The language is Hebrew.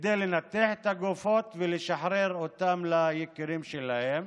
כדי לנתח את הגופות ולשחרר אותן ליקירים שלהם.